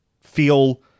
feel